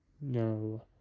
no